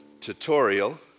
tutorial